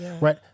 right